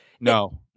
no